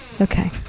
Okay